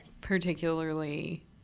particularly